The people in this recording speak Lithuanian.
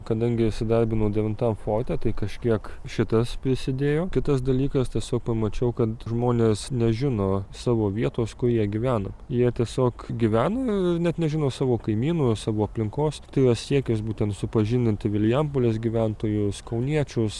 kadangi įsidarbinau devintam forte tai kažkiek šitas prisidėjo kitas dalykas tiesiog pamačiau kad žmonės nežino savo vietos kur jie gyvena jie tiesiog gyvena net nežino savo kaimynų savo aplinkos tai yra siekis būtent supažindinti vilijampolės gyventojus kauniečius